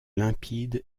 limpide